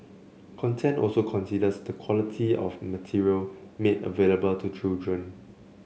content also considers the quality of material made available to children